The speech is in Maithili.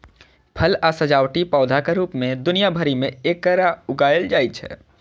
फल आ सजावटी पौधाक रूप मे दुनिया भरि मे एकरा उगायल जाइ छै